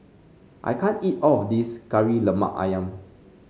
I can't eat all of this Kari Lemak ayam